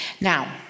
Now